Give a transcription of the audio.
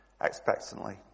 expectantly